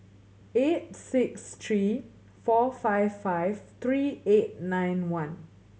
eight six three four five five three eight nine one